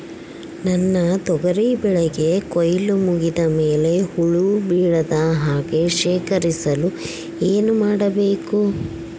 ನನ್ನ ತೊಗರಿ ಬೆಳೆಗೆ ಕೊಯ್ಲು ಮುಗಿದ ಮೇಲೆ ಹುಳು ಬೇಳದ ಹಾಗೆ ಶೇಖರಿಸಲು ಏನು ಮಾಡಬೇಕು?